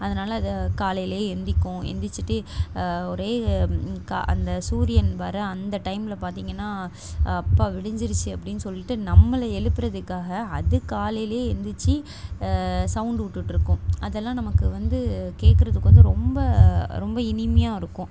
அதனால் அது காலையிலே எழுந்திர்க்கும் எழுந்திரிச்சிட்டு ஒரே கா அந்த சூரியன் வர அந்த டைமில் பார்த்தீங்கன்னா அப்பா விடிஞ்சிருச்சு அப்படின்னு சொல்லிவிட்டு நம்மளை எழுப்புறதுக்காக அது காலையிலே எழுந்திரிச்சி சவுண்ட்டு விட்டுட்ருக்கும் அதெல்லாம் நமக்கு வந்து கேட்குறதுக்கு வந்து ரொம்ப ரொம்ப இனிமையாக இருக்கும்